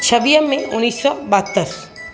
छवीह मे उणिवीह सौ ॿाहतरि